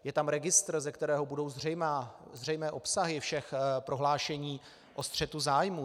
Je tam registr, ze kterého budou zřejmé obsahy všech prohlášení o střetu zájmů.